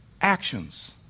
actions